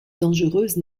dangereuse